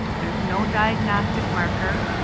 there's no diagnostic marker.